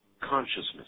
consciousness